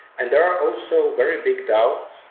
and there are also very big doubts